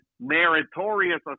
meritorious